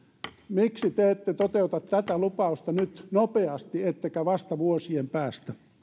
miksi te ette toteuta tätä lupausta nyt nopeasti vaan vasta vuosien päästä